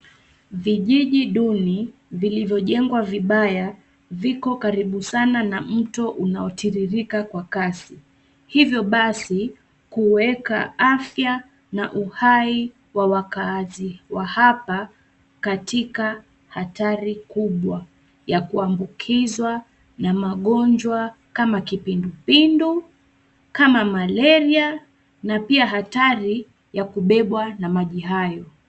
Vijiji duni vilivyo jengwa vibaya viko karibu sana na mto unaotiririka kwa kasi, hivyo basi kuweka afya na uhai wa wakaazi wa hapa katika hatari kubwa ya kuambukizwa na magonjwa kama kipindu pindu, kama malaria na pia hatari ya kubebwa na maji hayo.